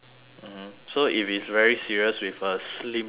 so if it's very serious with a slim chance